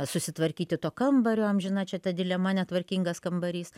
susitvarkyti to kambario amžina čia ta dilema netvarkingas kambarys